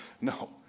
No